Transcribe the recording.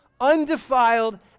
undefiled